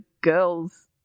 girls